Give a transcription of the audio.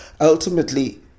ultimately